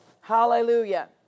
Hallelujah